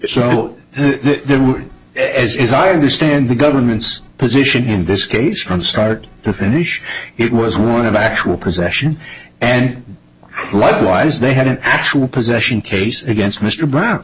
were as i understand the government's position in this case from start to finish it was one of actual possession and likewise they had an actual possession case against mr brown